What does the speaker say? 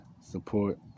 support